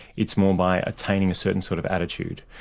it's more by attaining a certain sort of attitude,